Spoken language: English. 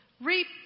reap